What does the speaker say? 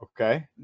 Okay